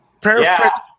perfect